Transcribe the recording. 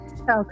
Okay